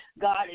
God